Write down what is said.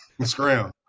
Scram